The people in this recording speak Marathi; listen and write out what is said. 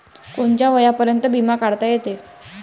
कोनच्या वयापर्यंत बिमा काढता येते?